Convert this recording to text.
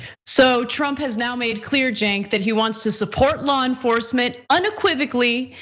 so trump has now made clear, cenk, that he wants to support law enforcement unequivocably,